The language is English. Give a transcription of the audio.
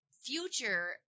future